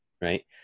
Right